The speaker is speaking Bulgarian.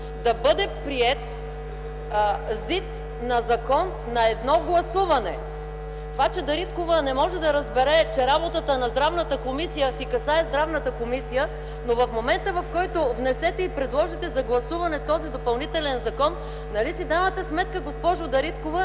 и допълнение на закон на едно гласуване! Дариткова не може да разбере, че работата на Здравната комисия си касае Здравната комисия, но в момента, в който внесете и предложите за гласуване този допълнителен доклад, нали си давате сметка, госпожо Дариткова,